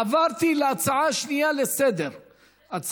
עברתי להצעה השנייה לסדר-היום.